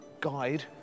guide